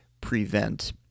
prevent